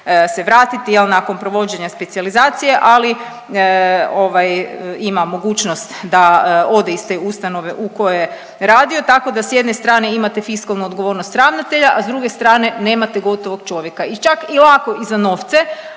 se vratiti nakon provođenja specijalizacije, ali ima mogućnost da ode iz te ustanove u kojoj je radio, tako da s jedne strane imate fiskalnu odgovornost ravnatelja, a s druge strane nemate gotovog čovjeka. I čak i lako i za novce,